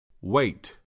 wait